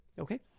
Okay